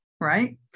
Right